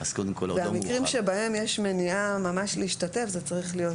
המקרים שבהם יש מניעה ממש להשתתף זה צריך להיות